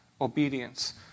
obedience